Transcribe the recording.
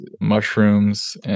mushrooms